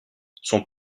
son